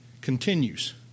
continues